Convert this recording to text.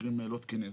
מקרים לא תקינים.